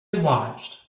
watched